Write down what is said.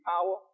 power